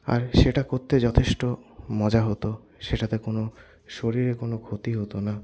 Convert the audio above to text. আর সেটা করতে যথেষ্ট মজা হতো সেটাতে কোনো শরীরে কোনো ক্ষতি হতো না